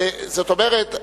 זאת אומרת,